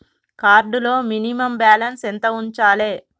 Card లో minimum balance ఎంత ఉంచాలే?